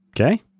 Okay